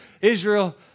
Israel